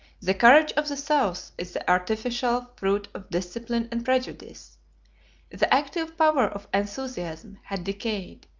the courage of the south is the artificial fruit of discipline and prejudice the active power of enthusiasm had decayed,